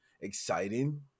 exciting